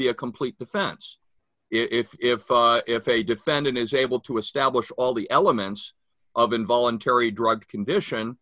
be a complete defense if if if a defendant is able to establish all the elements of involuntary drug condition